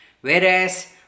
Whereas